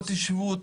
תשבו,